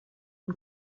and